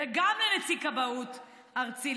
וגם נציג כבאות ארצי,